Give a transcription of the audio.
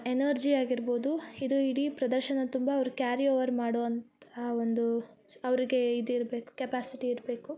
energy ಆಗಿರ್ಬೋದು ಇದು ಇಡೀ ಪ್ರದರ್ಶನದ ತುಂಬ ಅವರು ಕ್ಯಾರಿ ಓವರ್ ಮಾಡುವಂಥ ಆ ಒಂದು ಅವರಿಗೆ ಇದಿರಬೇಕು ಕೆಪ್ಯಾಸಿಟಿ ಇರಬೇಕು